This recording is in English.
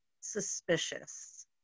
Suspicious